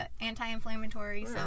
anti-inflammatory